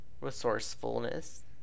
resourcefulness